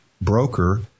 broker